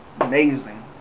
Amazing